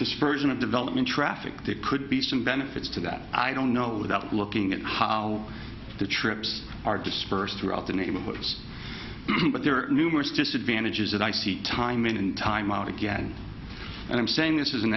dispersion of development traffic to could be some benefits to that i don't know without looking at how the trips are dispersed throughout the neighborhoods but there are numerous disadvantages that i see time in and time out again and i'm saying this is an